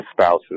spouses